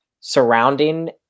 surrounding